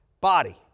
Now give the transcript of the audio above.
body